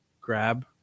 Grab